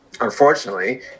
unfortunately